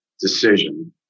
decision